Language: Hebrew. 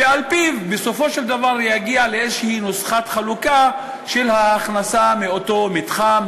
שעל-פיו בסופו של דבר הוא יגיע לנוסחת חלוקה של ההכנסה מאותו מתחם,